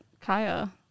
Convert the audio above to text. Kaya